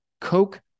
Coke